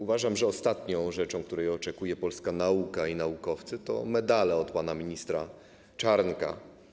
Uważam, że ostatnią rzeczą, której oczekuje polska nauka i naukowcy, są medale od pana ministra Czarnka.